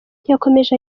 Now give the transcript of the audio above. yakomeje